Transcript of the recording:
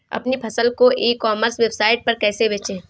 अपनी फसल को ई कॉमर्स वेबसाइट पर कैसे बेचें?